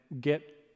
get